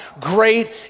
great